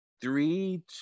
Three